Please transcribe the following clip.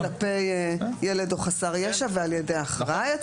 להיות כלפי ילד או חסר ישע ועל ידי אחראי.